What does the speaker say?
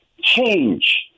change